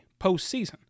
postseason